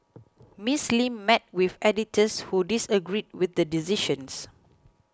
Miss Lim met with editors who disagreed with the decisions